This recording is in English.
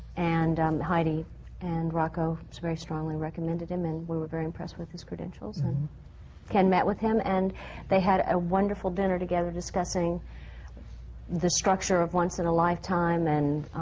and heidi and rocco very strongly recommended him and we were very impressed with his credentials. and ken met with him and they had a wonderful dinner together, discussing the structure of once in a lifetime and